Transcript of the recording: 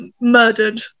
murdered